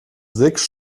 sechs